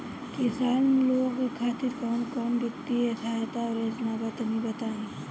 किसान लोग खातिर कवन कवन वित्तीय सहायता और योजना बा तनि बताई?